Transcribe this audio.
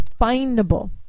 findable